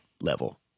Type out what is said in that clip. level